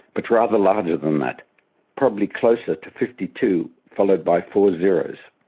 but rather larger than that probably closer to fifty two followed by four zeros.